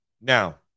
now